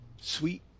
Sweet